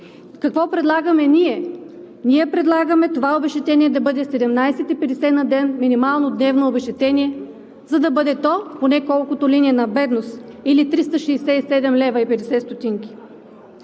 Какво предлагаме ние? Ние предлагаме това обезщетение да бъде 17,50 лв. на ден – минимално дневно обезщетение, за да бъде то поне колкото е линията на бедност, или 367,50 лв.